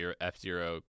F-Zero